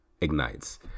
ignites